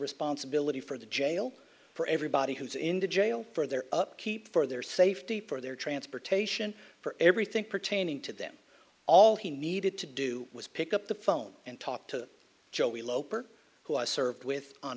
responsibility for the jail for everybody who's in jail for their upkeep for their safety for their transportation for everything pertaining to them all he needed to do was pick up the phone and talk to joey loper who i served with on